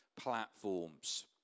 platforms